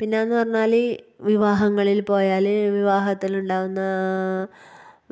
പിന്നെന്ന് പറഞ്ഞാല് വിവാഹങ്ങളില് പോയാല് വിവാഹത്തിലുണ്ടാകുന്ന